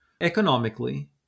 economically